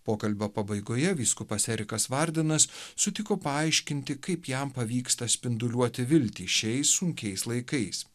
pokalbio pabaigoje vyskupas erikas vardenas sutiko paaiškinti kaip jam pavyksta spinduliuoti viltį šiais sunkiais laikais